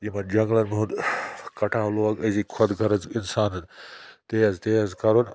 یِمَن جنٛگلَن ہُنٛد کَٹاو لوگ أزِکۍ خۄد غرض اِنسانَن تیز تیز کَرُن